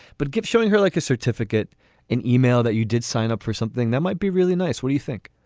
but give showing her like a certificate in email that you did sign up for something that might be really nice. what you think?